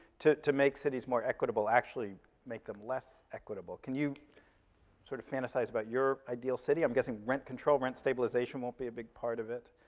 to to make cities more equitable, actually make them less equitable. can you sort of fantasize about your ideal city? i'm guessing rent control, rent stabilization won't be a big part of it.